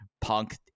punk